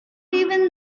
even